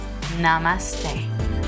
Namaste